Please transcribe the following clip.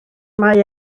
mae